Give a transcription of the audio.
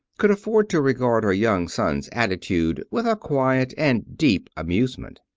could afford to regard her young son's attitude with a quiet and deep amusement.